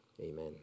Amen